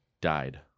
died